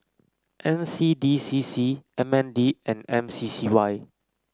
N C D C C M N D and M C C Y